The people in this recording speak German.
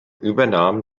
übernahm